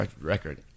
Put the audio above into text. record